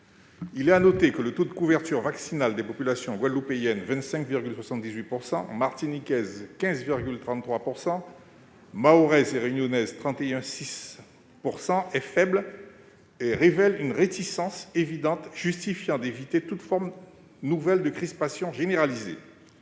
territoire national. Le taux de couverture vaccinale des populations guadeloupéenne- 25,78 %-, martiniquaise- 15,33 %-, mahoraise et réunionnaise- 31,6 % -est faible et révèle une réticence évidente, justifiant d'éviter toute forme nouvelle de crispation généralisée.